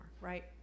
right